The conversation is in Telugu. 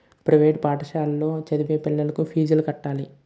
ప్రైవేట్ పాఠశాలలో చదివే పిల్లలకు ఫీజులు కట్టాలి